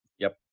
yep.